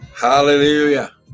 Hallelujah